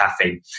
caffeine